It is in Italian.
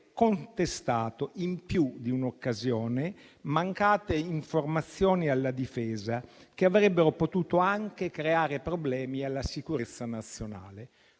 contestato in più di un'occasione mancate informazioni alla Difesa, che avrebbero potuto anche creare problemi alla sicurezza nazionale.